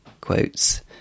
quotes